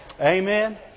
Amen